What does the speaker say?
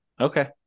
Okay